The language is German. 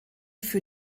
für